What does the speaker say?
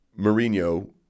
Mourinho